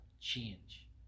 change